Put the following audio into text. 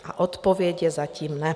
A odpověď je: zatím ne.